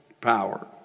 power